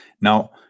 Now